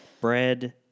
Bread